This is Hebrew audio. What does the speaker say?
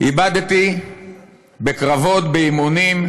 איבדתי בקרבות, באימונים,